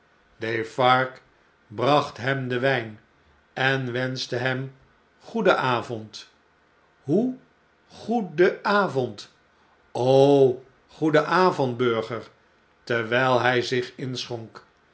defarge bracht hem den wijn en wenschte hem goedenavond hoe goeden avond goeden avond burger terwijl h j zich inschonk